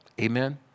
Amen